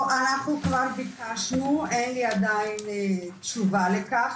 אנחנו כבר ביקשנו, אין לי עדיין תשובה לכך.